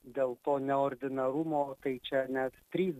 dėl to neordinarumo tai čia net trys